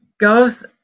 goes